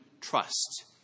trust